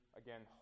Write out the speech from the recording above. again